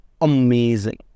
Amazing